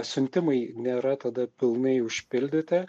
siuntimai nėra tada pilnai užpildyti